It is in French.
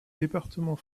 département